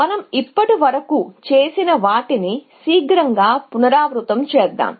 మనం ఇప్పటివరకు చేసిన వాటిని త్వరగా గుర్తుచేసుకుందాం